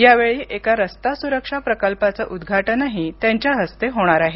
यावेळी एका रस्ता सुरक्षा प्रकल्पाचं उद्घाटनही त्यांच्या हस्ते होणार आहे